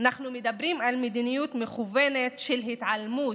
אנחנו מדברים על מדיניות מכוונת של התעלמות,